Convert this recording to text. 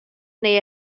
neu